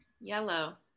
Yellow